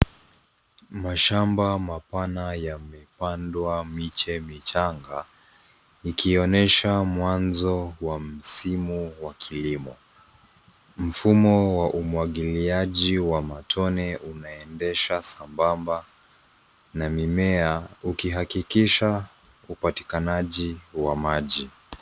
Mashamba mapana yamepandwa miche michanga ikionyesha mwanzo wa msimu wa kilimo. Mfumo wa umwagiliaji wa matone umeendesha sambamba na mimea ukihakikisha upatikanaji wa maji.